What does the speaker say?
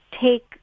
take